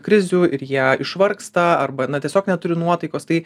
krizių ir jie išvargsta arba na tiesiog neturi nuotaikos tai